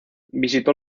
visitó